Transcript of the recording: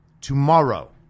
tomorrow